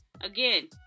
Again